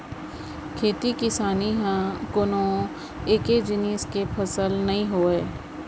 खेती किसानी ह कोनो एके जिनिस के फसल नइ होवय